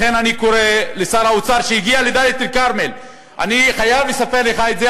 לכן אני קורא לשר האוצר שהגיע לדאלית-אלכרמל אני חייב לספר לך את זה,